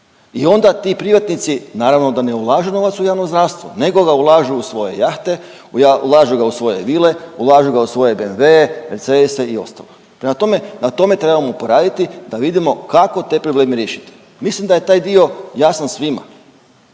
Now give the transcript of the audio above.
I onda ti privatnici naravno da ne ulažu novac u javno zdravstvo nego ga ulažu u svoje jahte, ulažu ga u svoje vile, ulažu ga u svoje BMW-e, Mercedese i ostalo. Prema tome, na tome trebamo poraditi da vidimo kako te probleme riješit. Mislim da je taj dio jasan svima.